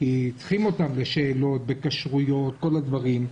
כי צריכים אותם בשאלות, בכשרויות, בכל הדברים.